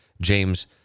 James